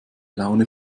laune